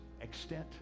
extent